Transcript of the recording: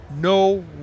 no